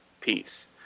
peace